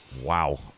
Wow